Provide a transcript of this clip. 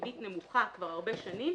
כשהריבית נמוכה כבר הרבה שנים,